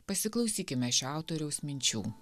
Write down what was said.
pasiklausykime šio autoriaus minčių